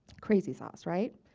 crazy sauce, right?